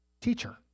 teacher